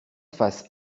face